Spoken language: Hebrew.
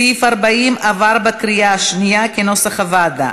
סעיף 40 עבר בקריאה השנייה, כנוסח הוועדה.